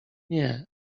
nie